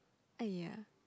!aiya!